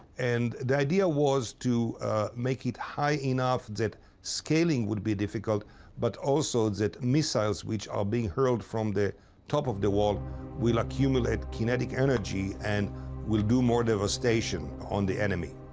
and the idea was to make it high enough that scaling would be difficult but also that missiles which are being hurled from the top of the wall will accumulate kinetic energy and will do more devastation the enemy.